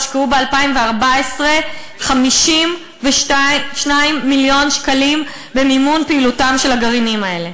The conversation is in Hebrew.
ב-2014 הושקעו 52 מיליון שקלים במימון פעילותם של הגרעינים האלה.